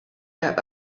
der